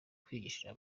kwigisha